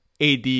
AD